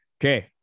Okay